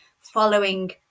following